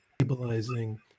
stabilizing